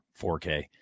4K